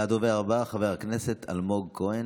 הדובר הבא, חבר הכנסת אלמוג כהן.